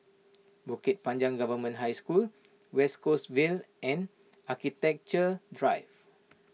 Bukit Panjang Government High School West Coast Vale and Architecture Drive